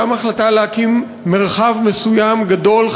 גם החלטה להקים מרחב מסוים גדול,